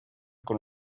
con